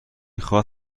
خواد